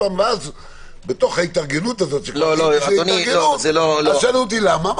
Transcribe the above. ובתוכה שאלו אותי למה,